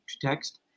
text